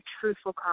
truthful –